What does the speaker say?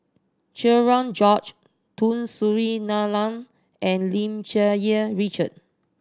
Cherian George Tun Sri Lanang and Lim Cherng Yih Richard